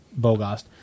Bogost